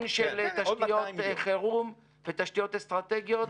של תשתיות חירום ותשתיות אסטרטגיות,